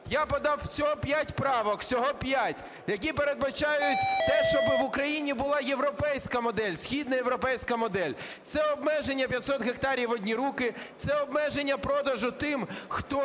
Я подав всього п'ять правок, всього п'ять, які передбачають те, щоб в Україні була європейська модель, східноєвропейська модель. Це обмеження 500 гектарів в одні руки, це обмеження продажу тим, хто